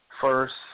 First